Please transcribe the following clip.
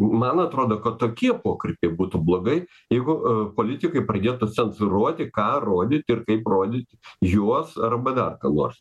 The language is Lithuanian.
man atrodo kad tokie pokalbiai būtų blogai jeigu politikai pradėtų cenzūruoti ką rodyt ir kaip rodyti juos arba dar ką nors